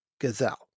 gazelle